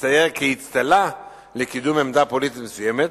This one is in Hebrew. מצטייר כאצטלה לקידום עמדה פוליטית מסוימת